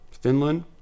Finland